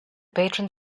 patron